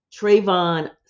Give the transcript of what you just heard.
Trayvon